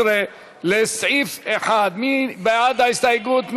13 לסעיף 1. מי בעד ההסתייגות?